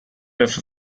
list